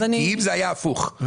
אם זה היה הפוך,